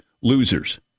losers